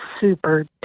super